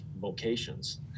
vocations